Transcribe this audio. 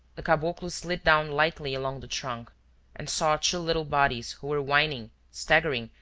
caboclo slid down lightly along the trunk and saw two little bodies who were whining, staggering,